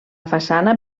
façana